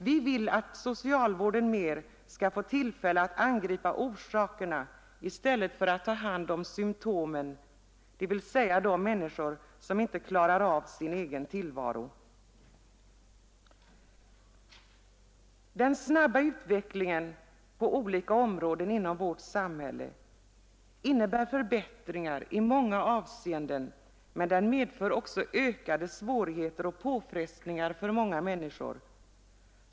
Vi vill att socialvården mer skall få tillfälle att angripa orsakerna i stället för att ta hand om symtomen, dvs. människor som inte klarar av sin egen tillvaro. Den snabba utvecklingen på olika områden inom vårt samhälle innebär förbättringar i många avseenden, men den medför också ökade svårigheter och påfrestningar för många människor.